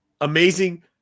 amazing